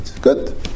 Good